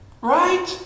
Right